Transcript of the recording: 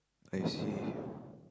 I see